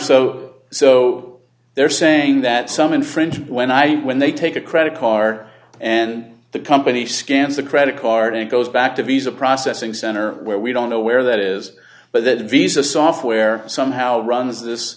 so so they're saying that some in french when i when they take a credit card and the company scans the credit card it goes back to visa processing center where we don't know where that is but that visa software somehow runs this